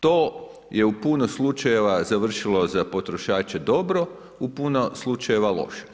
To je u puno slučajeva završilo za potrošače, dobro, u puno slučajeva loše.